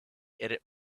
edit